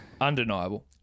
Undeniable